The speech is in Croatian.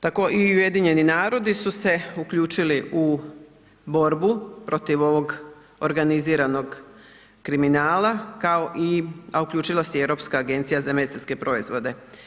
Tako i Ujedinjeni narodi su se uključili u borbu protiv ovog organiziranog kriminala, kao i, a uključila se i Europska agencija za medicinske proizvode.